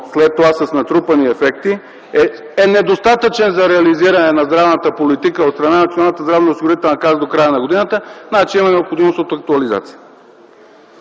след това е с натрупвани ефекти и е недостатъчен за реализиране на здравната политика от страна на Националната здравноосигурителна каса до края на годината, значи има необходимост от актуализация.